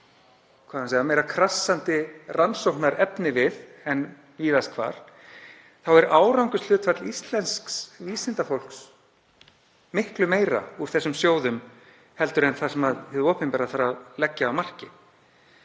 og oft með meira krassandi rannsóknarefnivið en víðast hvar þá er árangurshlutfall íslensks vísindafólks miklu meira úr þessum sjóðum heldur en það sem hið opinbera þarf að leggja af mörkum.